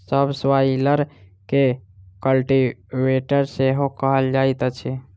सब स्वाइलर के कल्टीवेटर सेहो कहल जाइत अछि